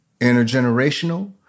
intergenerational